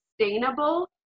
sustainable